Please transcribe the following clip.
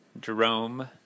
Jerome